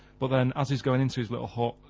but then, as he's goin' in to his little hut,